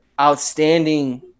outstanding